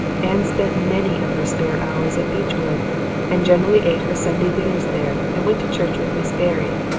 anne spent many of her spare hours at beechwood and generally ate her sunday dinners there and went to church with miss barry.